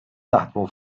naħdmu